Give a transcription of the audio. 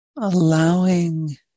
Allowing